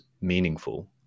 meaningful